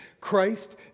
Christ